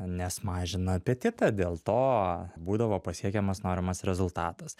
nes mažina apetitą dėl to būdavo pasiekiamas norimas rezultatas